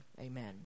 Amen